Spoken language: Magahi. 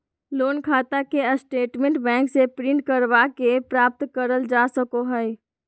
लोन खाता के स्टेटमेंट बैंक से प्रिंट करवा के प्राप्त करल जा सको हय